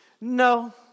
no